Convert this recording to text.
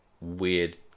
weird